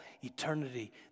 eternity